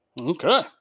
Okay